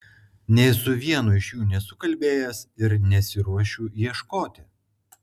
nė su vienu iš jų nesu kalbėjęs ir nesiruošiu ieškoti